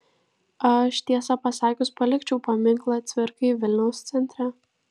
aš tiesą pasakius palikčiau paminklą cvirkai vilniaus centre